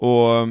Och